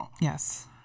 yes